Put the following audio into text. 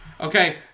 Okay